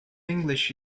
english